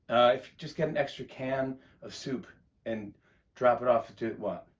just get an extra can of soup and drop it off to what?